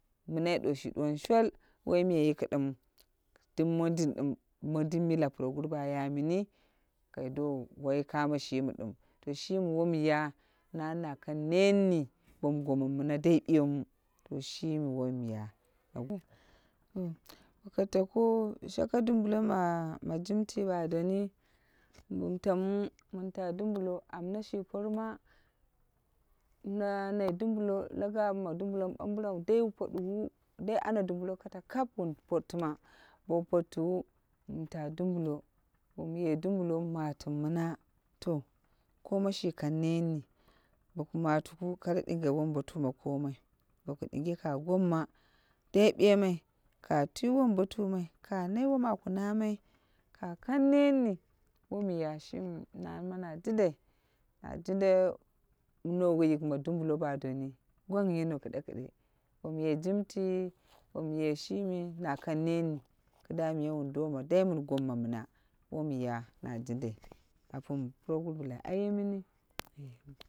Mina ɗou shi ɗuwoni shol. Wai miya yi ki dumiu dum mondin mila ɗim mondin mila puroguru ba yai mini kai do wai ka mo shimi dimi to shimi wom ya nani na kang net ni bom gommomu mina dai biyemu shimi womya. Bokoi tako shaka dumbulo na jimti bom tamu mun ta dumbulo amna shi porma, na nai dumbulo la gawi ma dumbulo mi bambiram dai wu poduwu dai ana dumbulo kata kap wun pottuma bow pottuwo wun ta dumbulo wu matiwu mina to koma shi kang net ni boku matuku kare dinge wom botuma komai bo ku dinge ka gomma dai biyemai ka twi wombotumai ka nai wom aku namai ka kang net ni wom ya shimi nani ma na jundai na jinda noweyik ma ma dumbulo ba doni gwang yino kide kide bom ye jimti, bom ye shimi na kan net ni kida miya wun doma dai min gomma mina wom ya na jindai puroguru bila ayemini.